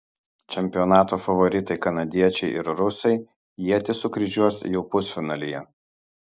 čempionato favoritai kanadiečiai ir rusai ietis sukryžiuos jau pusfinalyje